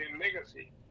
legacy